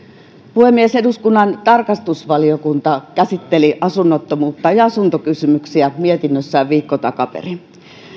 puhemies eduskunnan tarkastusvaliokunta käsitteli asunnottomuutta ja asuntokysymyksiä mietinnössään viikko takaperin